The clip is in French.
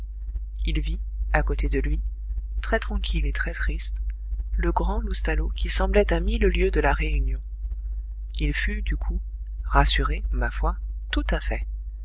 il vit à côté de lui très tranquille et très triste le grand loustalot qui semblait à mille lieues de la réunion il fut du coup rassuré ma foi tout à fait